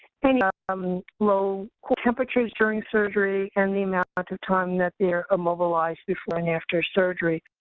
and um low core temperatures during surgery, and the amount of time that they're immobilized before and after surgery.